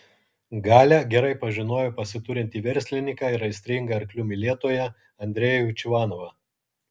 galia gerai pažinojo pasiturintį verslininką ir aistringą arklių mylėtoją andrejų čvanovą